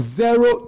zero